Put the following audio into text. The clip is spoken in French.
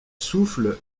souffle